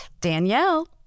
Danielle